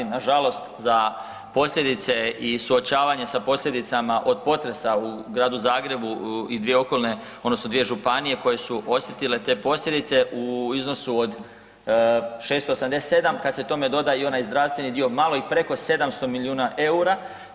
Nažalost, za posljedice i suočavanje sa posljedicama od potresa u Gradu Zagrebu i dvije okolne odnosno dvije županije koje su osjetile te posljedice u iznosu od 687, kad se tome doda i onaj zdravstveni dio, malo i preko 700 milijuna EUR-a.